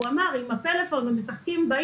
הוא אמר שמחשקים בפלאפון באינטרנט.